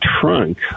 trunk